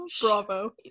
Bravo